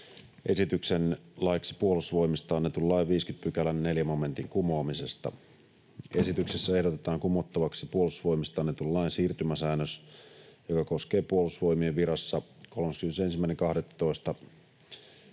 esityksen laiksi puolustusvoimista annetun lain 50 §:n 4 momentin kumoamisesta. Esityksessä ehdotetaan kumottavaksi puolustusvoimista annetun lain siirtymäsäännös, joka koskee Puolustusvoimien virassa 31.12.2007